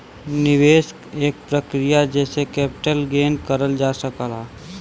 निवेश एक प्रक्रिया जेसे कैपिटल गेन करल जा सकला